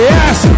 Yes